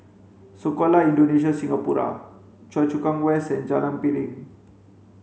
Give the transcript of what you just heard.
Sekolah Indonesia Singapura Choa Chu Kang West and Jalan Piring